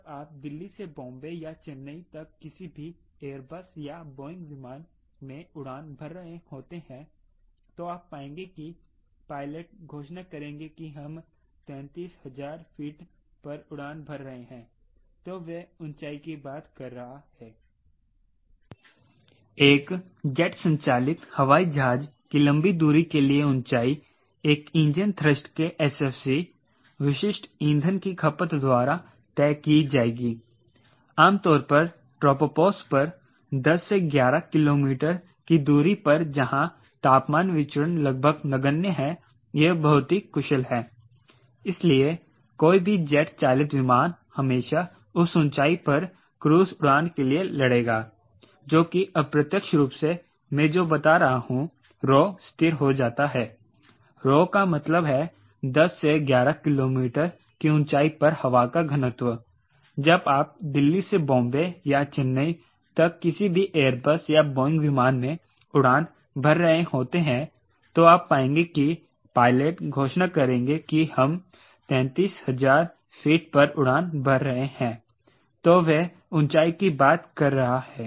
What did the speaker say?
जब आप दिल्ली से बॉम्बे या चेन्नई तक किसी भी एयरबस या बोइंग विमान में उड़ान भर रहे होते हैं तो आप पाएंगे कि पायलट घोषणा करेंगे कि हम 33000 फीट पर उड़ान भर रहे हैं तो वह ऊंचाई कि बात कर रहा है